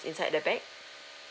inside the bag